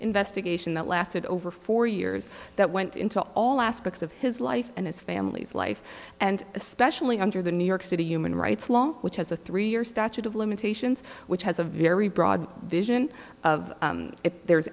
investigation that lasted over four years that went into all aspects of his life and his family's life and especially under the new york city human rights law which has a three year statute of limitations which has a very broad vision of if there